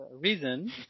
reason